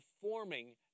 forming